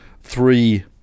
three